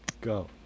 go